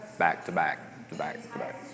back-to-back-to-back-to-back